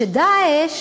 ש"דאעש",